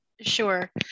Sure